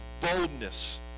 boldness